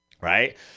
right